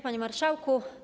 Panie Marszałku!